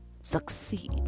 succeed